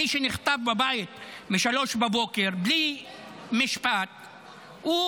מי שנחטף מהבית ב-3:00 בלי משפט הוא